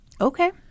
Okay